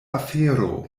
afero